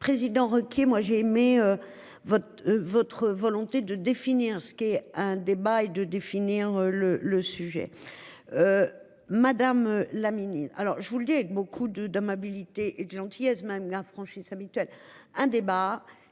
président requis. Moi j'ai aimé. Votre votre volonté de définir ce qu'est un débat et de définir le le sujet. Madame la Ministre. Alors je vous le dis avec beaucoup de d'amabilité et de gentillesse même la franchissent habituelle. Un débat